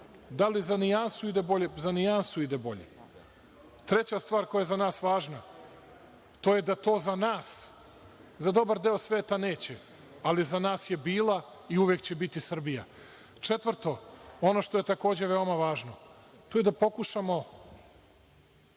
Da li za nijansu ide bolje? Za nijansu ide bolje. Treća stvar koja je za nas važna, to je da to za nas, za dobar deo sveta neće, ali za nas je bila i uvek će biti Srbija. Četvrto, ono što je takođe veoma važno, to je da pokušamo